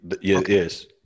yes